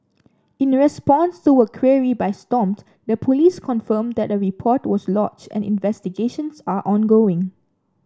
in response to a query by Stomp the police confirmed that a report was lodged and investigations are ongoing